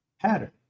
pattern